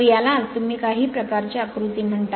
तर यालाच तुम्ही काही प्रकारचे आकृती म्हणता